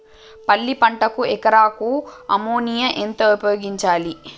పల్లి పంటకు ఎకరాకు అమోనియా ఎంత ఉపయోగించాలి?